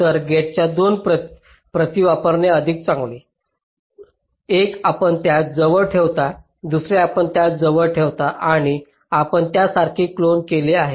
तर गेटच्या दोन प्रती वापरणे अधिक चांगले एक आपण त्यास जवळ ठेवता दुसरे आपण त्या जवळ ठेवता आणि आपण त्या सारखे क्लोन केले आहे